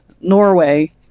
Norway